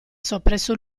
soppresso